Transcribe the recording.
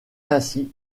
ainsi